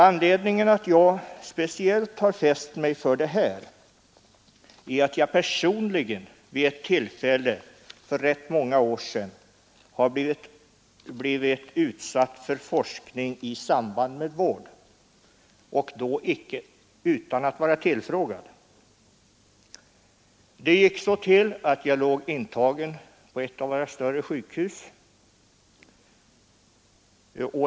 Anledningen till att jag speciellt har fäst mig för det här är att jag personligen vid ett tillfälle för rätt många år sedan har blivit utsatt för forskning i samband med vård och då utan att vara tillfrågad. Jag låg intagen på ett av våra större sjukhus.